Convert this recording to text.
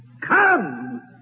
come